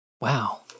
Wow